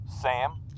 Sam